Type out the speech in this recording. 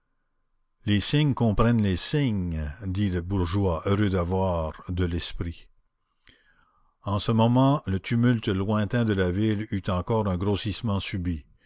les cygnes comprennent les signes dit le bourgeois heureux d'avoir de l'esprit en ce moment le tumulte lointain de la ville eut encore un grossissement subit